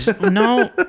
no